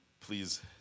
please